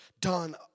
done